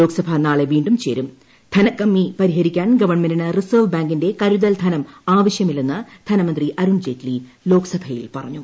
ലോക്സഭ നാളെ വീണ്ടും ചേരും ധനകമ്മി പരിഹരിക്കാൻ ഗവൺമെന്റിന് റിസർവ് ബാങ്കിന്റെ കരുതൽ ധനം ആവശ്യമില്ലെന്ന് ധനമന്ത്രി അരുൺ ജയ്റ്റ്ലി ലോക്സഭയിൽ പറഞ്ഞു